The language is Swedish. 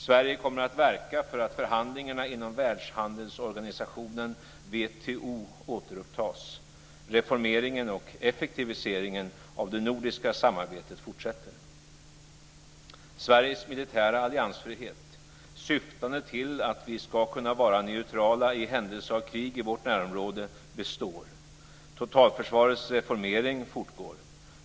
Sverige kommer att verka för att förhandlingarna inom världshandelsorganisationen Sveriges militära alliansfrihet, syftande till att vi ska kunna vara neutrala i händelse av krig i vårt närområde, består. Totalförsvarets reformering fortgår.